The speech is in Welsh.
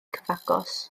cyfagos